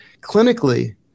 clinically